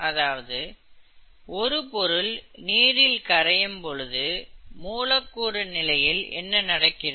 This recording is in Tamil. அதாவது ஒரு பொருள் நீரில் கரையும் பொழுது மூலக்கூறு நிலையில் என்ன நடக்கிறது